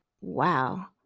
Wow